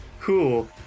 Cool